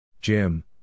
Jim